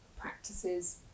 practices